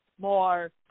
more